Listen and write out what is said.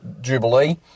Jubilee